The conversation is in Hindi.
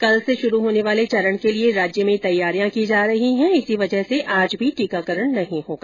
कल से शुरू होने वाले चरण के लिए राज्य में तैयारिया की जा रही हैं इसी वजह से आज भी टीकाकरण नहीं होगा